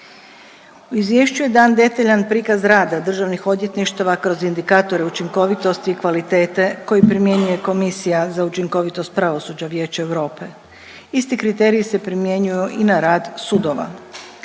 U izvješću je dan detaljan prikaz rada državnih odvjetništava kroz indikatore učinkovitosti i kvalitete koji primjenjuje Komisija za učinkovitost pravosuđa Vijeće Europe, isti kriteriji se primjenjuju i na rad sudova.